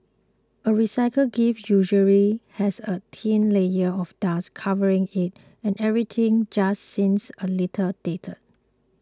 a recycled gift usually has a thin layer of dust covering it and everything just seems a little dated